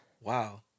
Wow